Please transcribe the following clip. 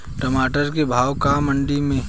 टमाटर का भाव बा मंडी मे?